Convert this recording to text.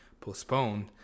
postponed